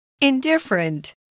Indifferent